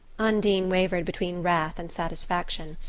undine wavered between wrath and satisfaction.